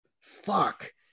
fuck